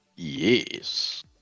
yes